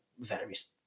various